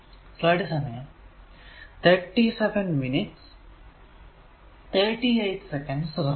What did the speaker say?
അത് 410 ന്റെ power 3 second ആണ്